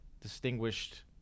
distinguished